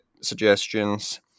suggestions